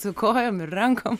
su kojom ir rankom